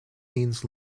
means